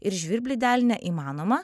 ir žvirblį delne įmanoma